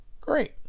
great